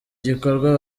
gikorwa